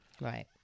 Right